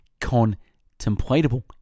contemplatable